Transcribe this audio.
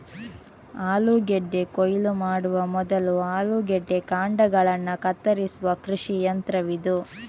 ಆಲೂಗೆಡ್ಡೆ ಕೊಯ್ಲು ಮಾಡುವ ಮೊದಲು ಆಲೂಗೆಡ್ಡೆ ಕಾಂಡಗಳನ್ನ ಕತ್ತರಿಸುವ ಕೃಷಿ ಯಂತ್ರವಿದು